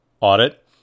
audit